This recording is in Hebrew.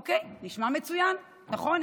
אוקיי, נשמע מצוין, נכון?